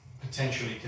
potentially